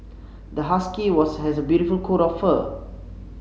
the husky was has a beautiful coat of fur